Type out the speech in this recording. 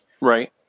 Right